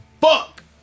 fuck